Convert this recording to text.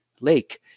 lake